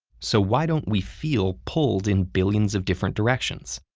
so why don't we feel pulled in billions of different directions?